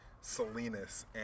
Salinas